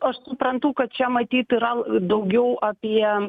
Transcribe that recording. aš suprantu kad čia matyt yra daugiau apie